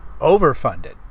overfunded